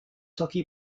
hockey